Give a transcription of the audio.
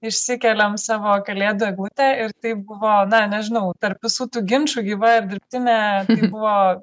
išsikeliam savo kalėdų eglutę ir taip na nežinau tarp visų tų ginčų gyva ar dirbtinė buvo